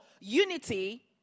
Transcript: unity